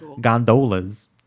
gondolas